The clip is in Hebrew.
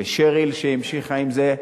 לשריל, שהמשיכה עם זה,